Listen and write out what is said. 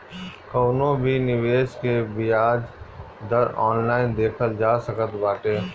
कवनो भी निवेश के बियाज दर ऑनलाइन देखल जा सकत बाटे